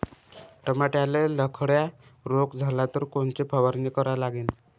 टमाट्याले लखड्या रोग झाला तर कोनची फवारणी करा लागीन?